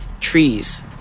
trees